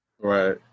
Right